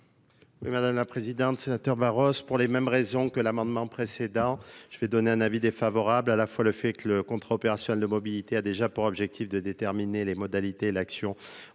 Mᵐᵉ la Présidente Storrs, pour les mêmes raisons que l'amendement précédent, je vais donner un avis défavorable, à la fois, le fait que le contrat opérationnel de mobilité a déjà pour objectif de déterminer entre les O M et